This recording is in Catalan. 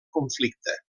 conflicte